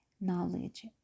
knowledge